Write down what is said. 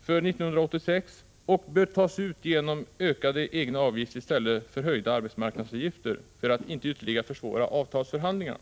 för 1986 — och bör tas ut genom ökade avgifter i stället för höjda arbetsmarknadsavgifter för att inte ytterligare försvåra avtalsförhandlingarna.